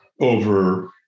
Over